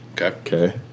Okay